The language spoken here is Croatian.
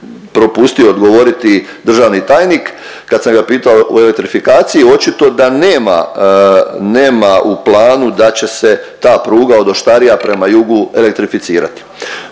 propustio odgovoriti državni tajnik kad sam ga pitao o elektrifikaciji. Očito da nema u planu da će se ta pruga od Oštarija prema jugu elektrificirati.